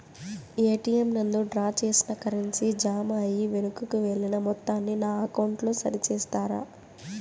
ATM నందు draw చేసిన currency jam అయి వెనుకకు వెళ్లిన మొత్తాన్ని నా అకౌంట్ లో సరి చేస్తారా?